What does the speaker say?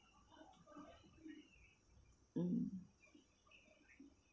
mm